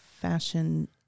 fashion